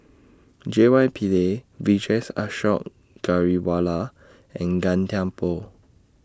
J Y Pillay Vijesh Ashok Ghariwala and Gan Thiam Poh